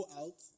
out